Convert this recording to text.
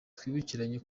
twibukiranye